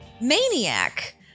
maniac